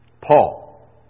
Paul